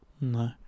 No